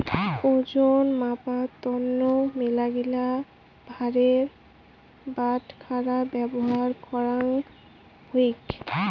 ওজন মাপার তন্ন মেলাগিলা ভারের বাটখারা ব্যবহার করাঙ হউক